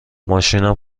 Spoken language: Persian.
ماشینم